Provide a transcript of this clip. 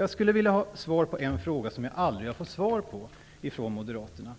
Jag skulle vilja ha svar på en fråga som jag aldrig har fått svar på från Moderaterna: